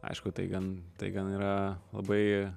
aišku tai gan tai gan yra labai